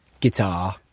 Guitar